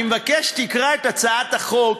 אני מבקש שתקרא את הצעת החוק,